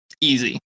easy